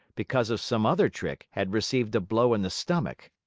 because of some other trick, had received a blow in the stomach.